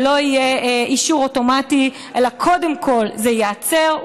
לא יהיה אישור אוטומטי, אלא קודם כול זה ייעצר.